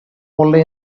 only